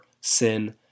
sin